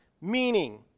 meaning